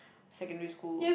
secondary school